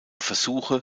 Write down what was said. versuche